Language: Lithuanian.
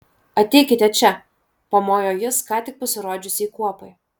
ateikite čia pamojo jis ką tik pasirodžiusiai kuopai